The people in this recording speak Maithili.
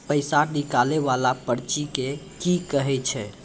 पैसा निकाले वाला पर्ची के की कहै छै?